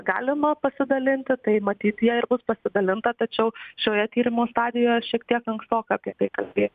galima pasidalinti tai matyt ja ir bus pasidalinta tačiau šioje tyrimo stadijoje šiek tiek ankstoka apie tai kalbėti